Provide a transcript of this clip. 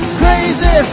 crazy